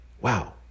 wow